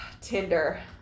tinder